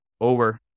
over